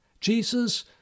jesus